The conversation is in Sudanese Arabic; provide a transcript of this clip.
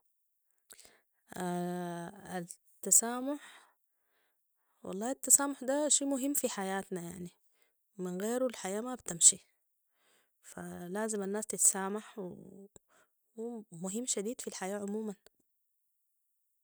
التسامح والله التسامح ده شي مهم في حياتنا يعني من غيرو الحياه ما بتمشي ، فلازم الناس تتسامح وهو مهم شديد في الحياه عموما